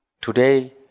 Today